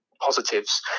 positives